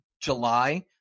July